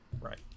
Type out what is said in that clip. Right